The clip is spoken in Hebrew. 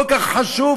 כל כך חשוב?